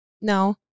No